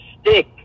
stick